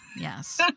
yes